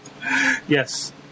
Yes